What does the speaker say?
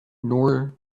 nor